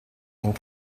and